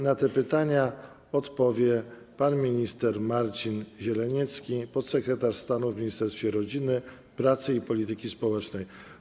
Na te pytania odpowie pan minister Marcin Zieleniecki, podsekretarz stanu w Ministerstwie Rodziny, Pracy i Polityki Społecznej.